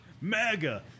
Mega